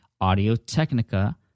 Audio-Technica